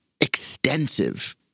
extensive